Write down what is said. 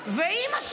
לא.